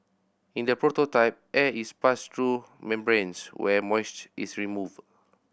in the prototype air is passed through membranes where moisture is removed